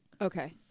Okay